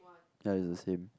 ya it's the same